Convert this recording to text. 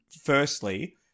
firstly